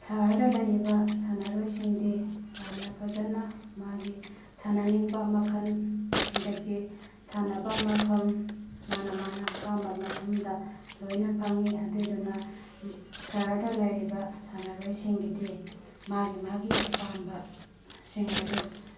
ꯁꯍꯔꯗ ꯂꯩꯔꯤꯕ ꯁꯥꯟꯅꯔꯣꯏꯁꯤꯡꯗꯤ ꯌꯥꯝꯅ ꯐꯖꯅ ꯃꯥꯒꯤ ꯁꯥꯟꯅꯅꯤꯡꯕ ꯃꯈꯟꯗꯒꯤ ꯁꯥꯟꯅꯐꯝ ꯃꯐꯝ ꯃꯥꯅ ꯃꯥꯅ ꯑꯄꯥꯝꯕ ꯃꯐꯝꯗ ꯂꯣꯏꯅ ꯐꯪꯉꯤ ꯑꯗꯨꯏꯗꯨꯅ ꯁꯍꯔꯗ ꯂꯩꯔꯤꯕ ꯁꯥꯟꯅꯔꯣꯏꯁꯤꯡꯒꯤꯗꯤ ꯃꯥꯒꯤ ꯃꯥꯒꯤ ꯑꯄꯥꯝꯕꯁꯤꯡ ꯑꯗꯣ